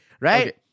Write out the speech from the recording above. right